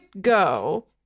go